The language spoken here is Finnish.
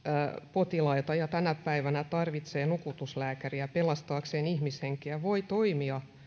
potilaita ja tänä päivänä tarvitsee nukutuslääkäriä pelastaakseen ihmishenkiä voi toimia